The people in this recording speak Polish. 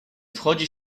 wchodzi